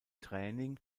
training